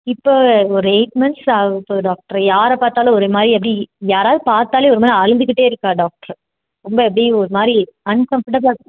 இப்போ ஒரு eight months ஆகப்போகுது டாக்ட்ரு யாரை பார்த்தாலும் ஒரு மாதிரி அப்படி யாராவது பார்த்தாலே ஒரு மாதிரி அழுதுகிட்டே இருக்காள் டாக்டர் ரொம்ப அப்டியே ஒரு மாதிரி அன்கம்ஃபர்ட்டபிளா